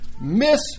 miss